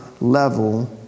level